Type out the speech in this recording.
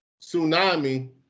Tsunami